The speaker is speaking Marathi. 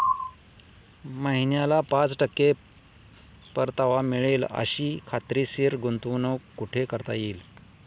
महिन्याला पाच टक्के परतावा मिळेल अशी खात्रीशीर गुंतवणूक कुठे करता येईल?